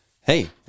hey